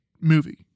movie